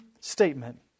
statement